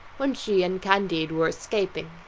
when she and candide were escaping.